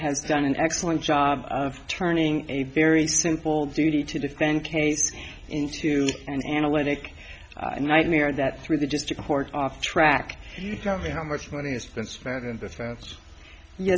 has done an excellent job of turning a very simple duty to defend casey into an analytic nightmare that through the just a court off track you tell me how much money has